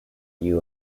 you